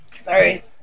Sorry